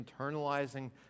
internalizing